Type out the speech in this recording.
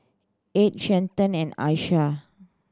Edd Stanton and Asha